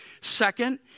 Second